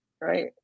right